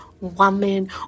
woman